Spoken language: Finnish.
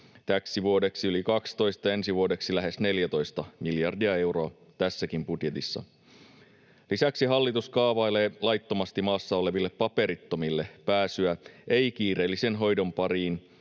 täksi vuodeksi yli 12 ja ensi vuodeksi lähes 14 miljardia euroa tässäkin budjetissa. Lisäksi hallitus kaavailee laittomasti maassa oleville paperittomille pääsyä ei-kiireellisen hoidon pariin